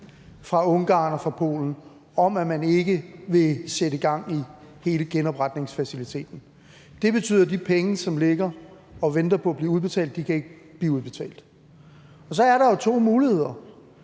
fra Ungarn og fra Polen om, at man ikke vil sætte gang i hele genopretningsfaciliteten. Det betyder, at de penge, som ligger og venter på at blive udbetalt, ikke kan blive udbetalt. Og så er der jo to muligheder: